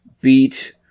beat